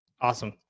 Awesome